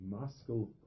Moscow